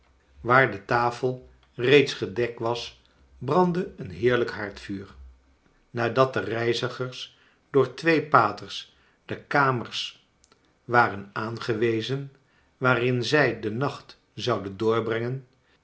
waax de tafel reeds gedekt was brandde een heerlij k haar d vuur nadat den reizigers door twee paters de kamers waren aa ngewezen waarin zij den nacht zouden doorbrengen